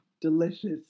delicious